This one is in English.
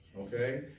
okay